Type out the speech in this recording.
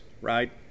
Right